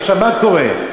עכשיו, מה קורה?